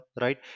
right